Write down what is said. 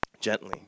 gently